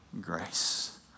grace